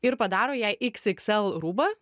ir padaro jai xxl rūbą